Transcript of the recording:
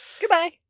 Goodbye